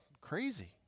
crazy